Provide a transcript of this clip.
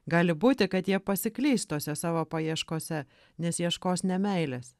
gali būti kad jie pasiklys tose savo paieškose nes ieškos ne meilės